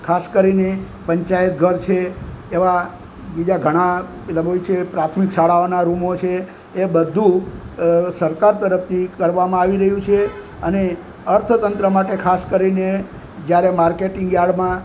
ખાસ કરીને પંચાયત ઘર છે તેવા બીજા ઘણા પેલા હોય છે પ્રાથમિક શાળાઓના રૂમો છે એ બધુ સરકાર તરફથી કરવામાં આવી રહ્યું છે અને અર્થતંત્ર માટે ખાસ કરીને જ્યારે માર્કેટિંગ યાર્ડમાં